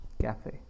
cafe